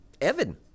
Evan